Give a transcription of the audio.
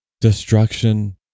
destruction